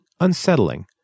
unsettling